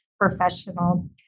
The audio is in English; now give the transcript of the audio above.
professional